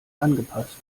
angepasst